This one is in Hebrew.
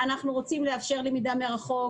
אנחנו רוצים לאפשר למידה מרחוק,